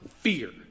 fear